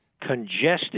congested